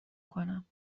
کنم